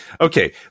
Okay